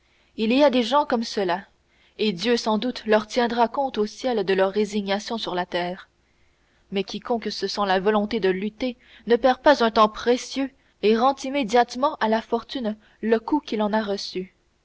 il y a des gens comme cela et dieu sans doute leur tiendra compte au ciel de leur résignation sur la terre mais quiconque se sent la volonté de lutter ne perd pas un temps précieux et rend immédiatement à la fortune le coup qu'il en a reçu